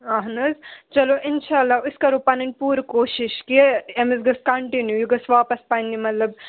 اَہن حظ چلو اِنشاء اللہ أسۍ کَرو پَنٕنۍ پوٗرٕ کوٗشِش کہِ أمِس گٔژھ کَنٹِنیوٗ یہِ گٔژھ واپَس پنٛنہِ مطلب